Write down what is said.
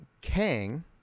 Kang